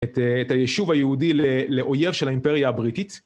את הישוב היהודי לאויב של האימפריה הבריטית